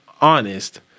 honest